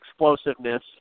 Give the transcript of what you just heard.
explosiveness